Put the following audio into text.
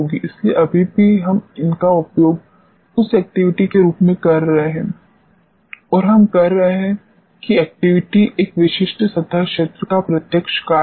इसलिए अभी भी हम इनका उपयोग उस एक्टिविटी के रूप में कर रहे हैं और हम कह रहे हैं कि एक्टिविटी एक विशिष्ट सतह क्षेत्र का प्रत्यक्ष कार्य है